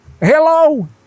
Hello